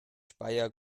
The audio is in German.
speyer